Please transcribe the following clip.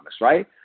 Right